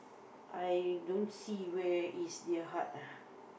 I don't see where is their heart ah